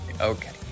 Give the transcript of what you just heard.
okay